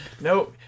no